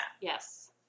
Yes